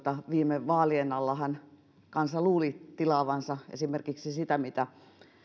viime vaalien allahan kansa luuli tilaavansa esimerkiksi sitä mitä